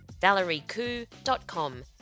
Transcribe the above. ValerieKoo.com